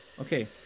Okay